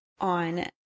on